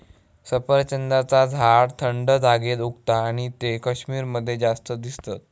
सफरचंदाचा झाड थंड जागेर उगता आणि ते कश्मीर मध्ये जास्त दिसतत